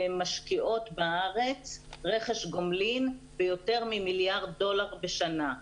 והן משקיעות בארץ רכש גומלין ביותר מ-1 מיליארד דולר בשנה.